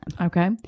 Okay